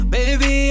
Baby